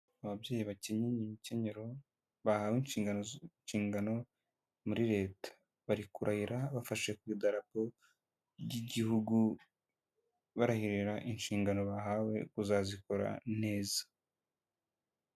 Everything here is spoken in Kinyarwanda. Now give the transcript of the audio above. Ababyeyi bakenyeye imikenyero bahawe inshingano muri leta, bari kurahira bafashe ku idarapo by'igihugu, barahirira inshingano bahawe kuzazikora neza.